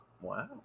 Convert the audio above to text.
Wow